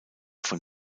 von